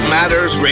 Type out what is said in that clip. Matters